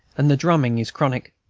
and the drumming is chronic.